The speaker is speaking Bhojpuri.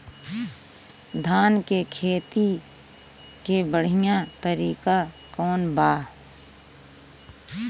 धान के खेती के बढ़ियां तरीका कवन बा?